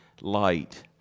light